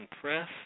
Press